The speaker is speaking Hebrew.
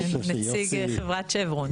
נציג חברת שברון